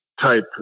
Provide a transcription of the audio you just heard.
type